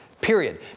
period